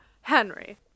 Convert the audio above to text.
Henry